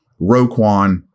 Roquan